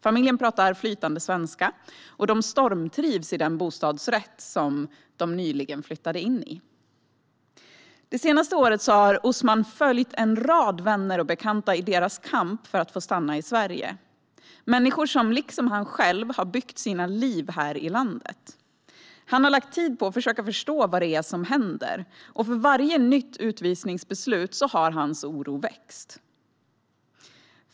Familjen pratar flytande svenska och stormtrivs i den bostadsrätt som den nyligen flyttade in i. Det senaste året har Usman följt en rad vänner och bekanta i deras kamp för att få stanna i Sverige, människor som liksom han själv har byggt sina liv här i landet. Han har lagt tid på att försöka förstå vad det är som händer, och för varje nytt utvisningsbeslut har hans oro växt.